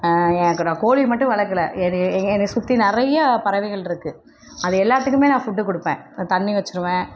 எனக்கு நான் கோழிய மட்டும் வளர்க்குல என்னி என்னையே சுற்றி நிறைய பறவைகள் இருக்குது அது எல்லாத்துக்கும் நான் ஃபுட்டு கொடுப்பேன் தண்ணி வச்சிடுவேன்